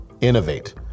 innovate